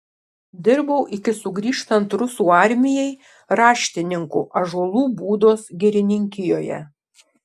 dirbau iki sugrįžtant rusų armijai raštininku ąžuolų būdos girininkijoje